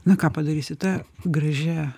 na ką padarysi ta gražia